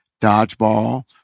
dodgeball